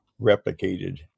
replicated